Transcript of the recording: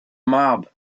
mob